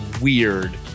weird